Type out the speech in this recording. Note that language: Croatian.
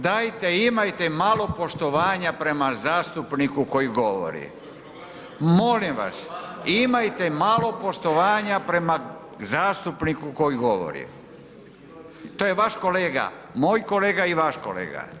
Dajte imajte malo poštovanja prema zastupniku koji govori, molim vas imajte malo poštovanja prema zastupniku koji govori, to je vaš kolega, moj kolega i vaš kolega.